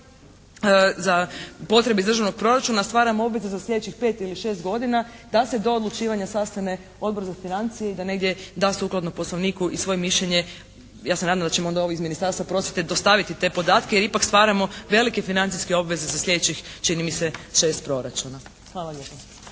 za potrebe iz državnog proračuna stvaramo obveze za sljedećih 5 ili 6 godina da se do odlučivanja sastane Odbor za financije i da negdje da sukladno Poslovniku i svoje mišljenje. Ja se nadam da ćemo onda ovo iz Ministarstva prosvjete dostaviti te podatke jer ipak stvaramo velike financijske obveze za sljedećih čini mi se 6 proračuna. Hvala lijepa.